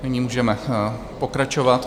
Nyní můžeme pokračovat.